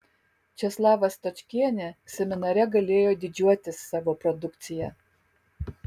česlava stočkienė seminare galėjo didžiuotis savo produkcija